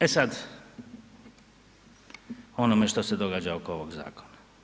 E sad, o onome što se događa oko ovog zakona.